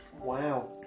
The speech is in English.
wow